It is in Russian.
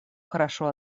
хорошо